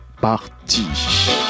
parti